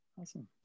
Awesome